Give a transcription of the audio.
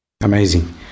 amazing